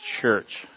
church